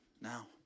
now